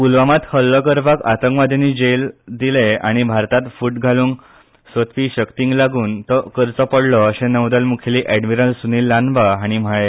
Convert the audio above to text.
पूलवामात हल्लो करपाक आतंकवाद्यानी जेल दिले आनी भारतात फूट घालूंक सोदपी शक्तींक लागून तो करचो पडलो अशें नौदल मुखेली एडमिरल सुनिल लांन्बा हांणी म्हळे